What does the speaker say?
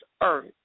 earth